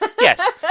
Yes